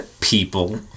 people